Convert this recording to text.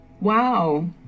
wow